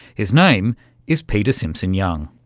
his name is peter simpson-young.